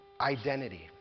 identity